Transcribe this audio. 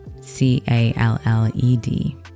C-A-L-L-E-D